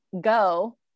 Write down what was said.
go